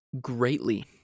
greatly